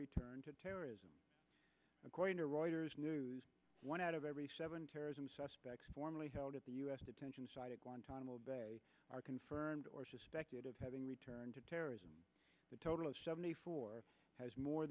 return to terrorism according to reuters news one out of every seven terrorism suspects formerly held at the u s detention site at guantanamo bay are confirmed or suspected of having returned to terrorism a total of seventy four has more